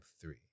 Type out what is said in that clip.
three